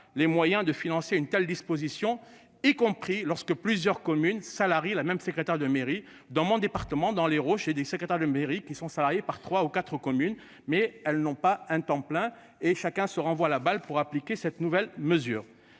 les moyens de financer une telle disposition est compris lorsque plusieurs communes. La même secrétaire de mairie dans mon département dans les roches et des secrétaires de mairie qui sont salariés par 3 ou 4 communes mais elles n'ont pas un temps plein et chacun se renvoie la balle pour appliquer cette nouvelle mesure.